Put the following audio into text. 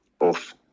off